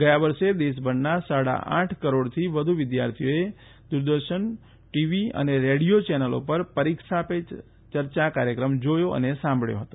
ગયા વર્ષે દેશભરના સાડા આઠ કરોડથી વધુ વિદ્યાર્થીઓએ દૂરદર્શન ટીવી અને રેડિયો ચેનલો પર પરીક્ષા પે ચર્ચા કાર્યક્રમ જોયો અને સાંભળ્યો હતો